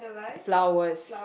flowers